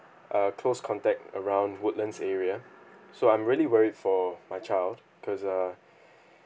uh close contact around woodlands area so I'm really worried for my child because err